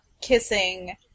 kissing